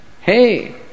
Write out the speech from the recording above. Hey